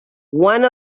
one